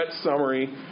summary